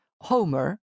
Homer